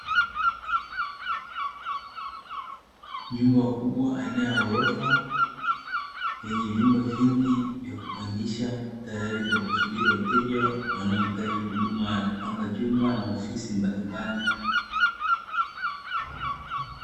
Nyumba kubwa aina ya ghorofa yenye vyumba vingi vya kupangisha, tayari kwa kusubiri wateja wanaohitaji huduma ya kupanga chumba na ofisi mbalimbali.